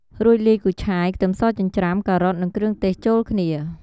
រួចលាយគូឆាយ ខ្ទឹមសចិញ្ច្រាំ ការ៉ុត និងគ្រឿងទេសចូលគ្នា។